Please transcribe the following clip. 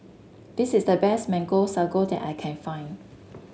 this is the best Mango Sago that I can find